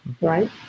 right